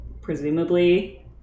presumably